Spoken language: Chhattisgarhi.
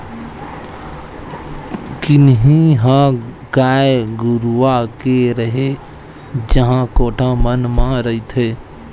किन्नी ह गाय गरुवा के रेहे जगा कोठा मन म रहिथे